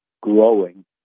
growing